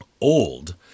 old